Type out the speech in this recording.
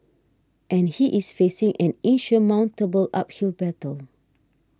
and he is facing an insurmountable uphill battle